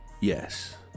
yes